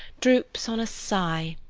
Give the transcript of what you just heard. droops on a sigh,